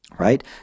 right